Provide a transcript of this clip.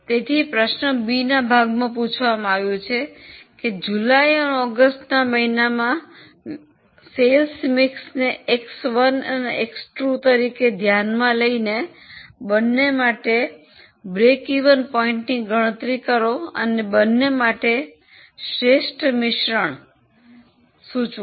તેથી પ્રશ્નના બી ભાગમાં પૂછવામાં આવ્યું છે કે જુલાઈ અને ઓગસ્ટના મહિનાના વેચાણ મિશ્રણને X1 અને X2 તરીકે ધ્યાનમાં લયીને બન્ને માટે સમતૂર બિંદુની ગણતરી કરો અને બન્ને માટે શ્રેષ્ઠ મિશ્રણ સૂચવો